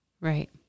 Right